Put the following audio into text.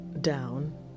down